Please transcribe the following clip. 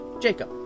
Jacob